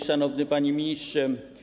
Szanowny Panie Ministrze!